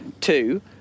two